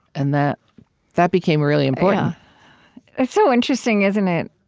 and that that became really important it's so interesting, isn't it?